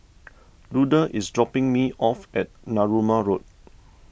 Luda is dropping me off at Narooma Road